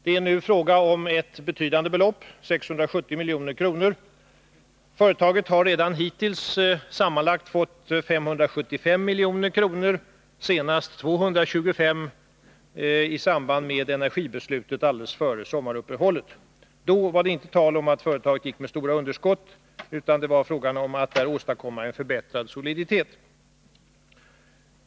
Det är nu fråga om betydande belopp, 670 milj.kr. Företaget har redan hittills fått sammanlagt 575 milj.kr., senast 225 milj.kr. i samband med energibeslutet alldeles före sommaruppehållet. Då var det inte tal om att företaget gick med stora underskott. Det handlade om att åstadkomma en förbättrad soliditet.